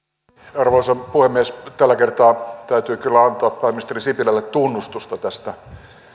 arvoisa puhemies tällä kertaa täytyy kyllä antaa pääministeri sipilälle tunnustusta tästä